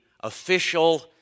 Official